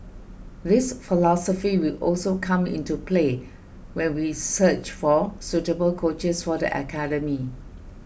this philosophy will also come into play when we search for suitable coaches for the academy